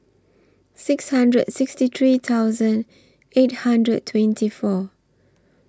six hundred sixty three thousand eight hundred twenty four